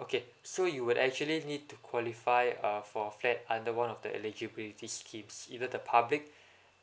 okay so you will actually need to qualify uh for flat under one of the eligibility schemes either the public